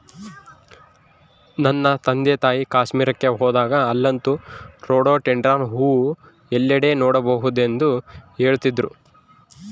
ನನ್ನ ತಂದೆತಾಯಿ ಕಾಶ್ಮೀರಕ್ಕೆ ಹೋಗಿದ್ದಾಗ ಅಲ್ಲಂತೂ ರೋಡೋಡೆಂಡ್ರಾನ್ ಹೂವು ಎಲ್ಲೆಡೆ ನೋಡಬಹುದೆಂದು ಹೇಳ್ತಿದ್ರು